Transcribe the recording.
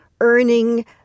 earning